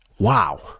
wow